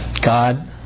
God